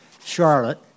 Charlotte